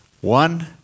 One